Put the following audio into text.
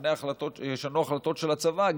ישנו החלטות של הצבא,